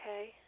Okay